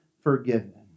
forgiven